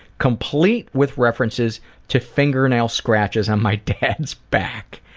complete with references to fingernail scratches on my dad's back.